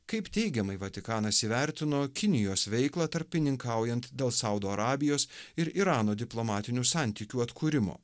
kaip teigiamai vatikanas įvertino kinijos veiklą tarpininkaujant dėl saudo arabijos ir irano diplomatinių santykių atkūrimo